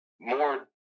more